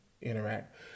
interact